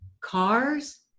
cars